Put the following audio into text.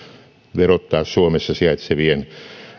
verottaa suomessa sijaitsevien